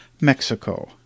Mexico